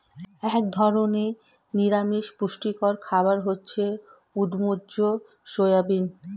এক ধরনের নিরামিষ পুষ্টিকর খাবার হচ্ছে উদ্ভিজ্জ সয়াবিন